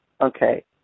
okay